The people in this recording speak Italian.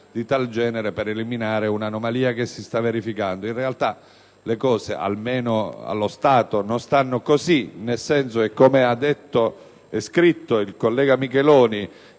di tal genere per eliminare un'anomalia che si sta verificando. In realtà, le cose non stanno così, almeno allo stato, nel senso che, come ha detto e scritto il collega Micheloni,